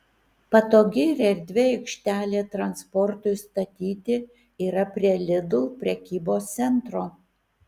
patogi ir erdvi aikštelė transportui statyti yra prie lidl prekybos centro